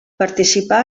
participà